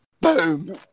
Boom